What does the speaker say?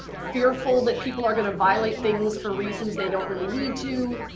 fearful that people are going to violate things for reasons they don't really need to.